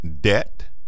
debt